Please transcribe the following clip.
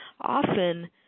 often